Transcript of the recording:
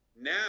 Now